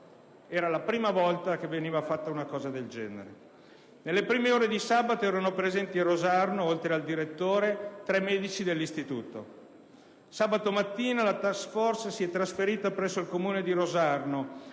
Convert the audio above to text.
Era la prima volta che veniva fatta una cosa del genere. Nelle prime ore di sabato erano presenti a Rosarno, oltre al direttore, tre medici dell'Istituto. Sabato mattina la *task force* si è trasferita presso il Comune di Rosarno,